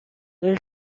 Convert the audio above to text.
داری